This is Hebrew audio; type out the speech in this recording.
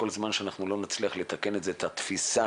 כל זמן שאנחנו לא נצליח לתקן את התפיסה,